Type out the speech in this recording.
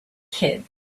kids